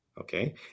okay